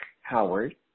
Howard